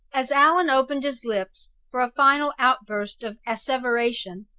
as allan opened his lips for a final outburst of asseveration,